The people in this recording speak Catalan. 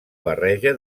barreja